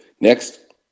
Next